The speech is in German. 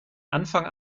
anfang